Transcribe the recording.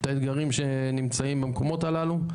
את האתגרים שנמצאים במקומות הללו,